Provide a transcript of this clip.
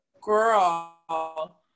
girl